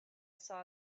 saw